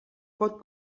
pot